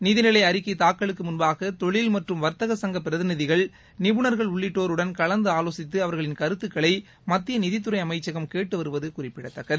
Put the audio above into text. நிதிநிலை அறிக்கை தாக்கலுக்கு முன்பாக தொழில் மற்றும் வர்த்தக சங்க பிரதிநிதிகள் நிபுணர்கள் உள்ளிட்டோருடன் கலந்து ஆலோசித்து அவர்களின் கருத்துக்களை மத்திய நிதித்துறை அமைச்சகம் கேட்டு வருவது குறிப்பிடத்தக்கது